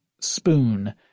spoon